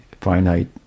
finite